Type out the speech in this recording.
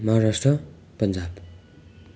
Maharashtra Punjab